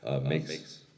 makes